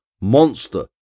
monster